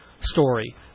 story